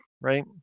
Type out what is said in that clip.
right